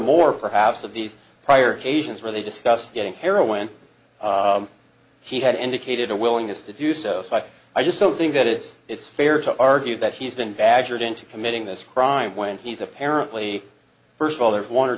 more perhaps of these prior occasions where they discussed getting heroin he had indicated a willingness to do so but i just don't think that it's it's fair to argue that he's been badgered into committing this crime when he's apparently first of all there's one or